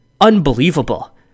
unbelievable